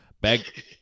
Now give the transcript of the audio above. bag